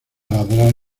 ladrar